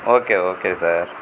okay okay sir